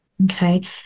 Okay